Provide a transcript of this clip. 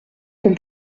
qu’on